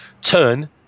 turn